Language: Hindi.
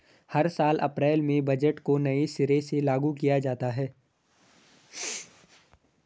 हर साल अप्रैल में बजट को नये सिरे से लागू किया जाता है